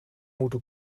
moeten